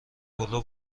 پلو